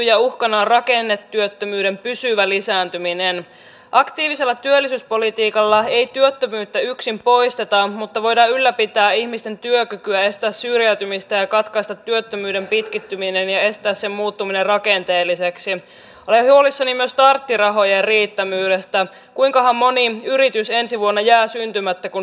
ja uhkanarakennetyöttömyyden pysyvä lisääntyminen aktiivisella työllisyyspolitiikalla kunnathan ne palvelut asukkailleen tuottavat ja pitää aina muistaa se että kunnathan nämä terveyskeskusmaksutkin määrittelevät ja jos kunta ei nosta mitään taksoja ja sielläkin on sitten maksukatto ei vaikuta mitään esimerkiksi tämä tilanne